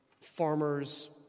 farmers